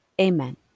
amen